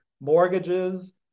mortgages